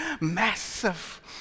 Massive